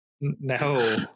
no